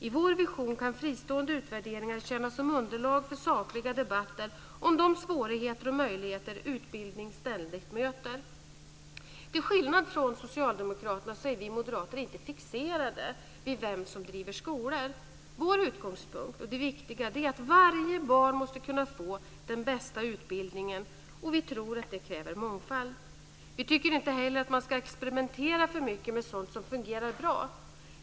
I vår vision kan fristående utvärderingar tjäna som underlag för sakliga debatter om de svårigheter och möjligheter som utbildning ständigt möter. Till skillnad från socialdemokraterna är vi moderater inte fixerade vid vem som driver skolor. Vår utgångspunkt är att varje barn måste kunna få den bästa utbildningen, och vi tror att det kräver mångfald. Vi tycker inte heller att man ska experimentera för mycket med sådant som fungerar bra.